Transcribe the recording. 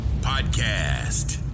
Podcast